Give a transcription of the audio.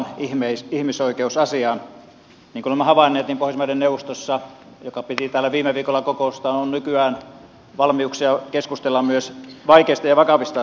niin kuin olemme havainneet niin pohjoismaiden neuvostossa joka piti täällä viime viikolla kokoustaan on nykyään valmiuksia keskustella myös vaikeista ja vakavista asioista